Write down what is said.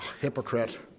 hypocrite